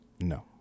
No